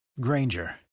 Granger